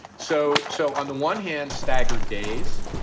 so so on the one hand, staggered days.